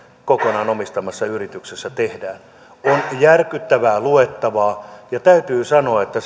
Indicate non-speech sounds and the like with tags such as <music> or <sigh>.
kokonaan omistamassa yrityksessä tehdään ovat järkyttävää luettavaa täytyy sanoa että <unintelligible>